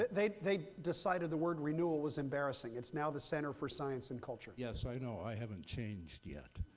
they they decided the word renewal was embarrassing. it's now the center for science and culture. yes, i know. i haven't changed yet.